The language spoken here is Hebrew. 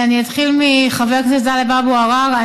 אני אתחיל מחבר הכנסת טלב אבו עראר.